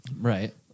right